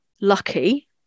lucky